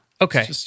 Okay